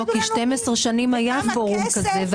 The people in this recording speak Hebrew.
כי 12 שנים היה פורום כזה...